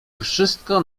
wszystko